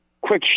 quick